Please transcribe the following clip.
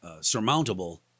surmountable